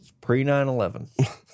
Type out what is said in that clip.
pre-9-11